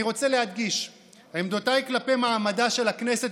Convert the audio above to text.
אני רוצה להדגיש: עמדותיי כלפי מעמדה של הכנסת